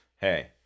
hey